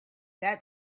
that